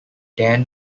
dan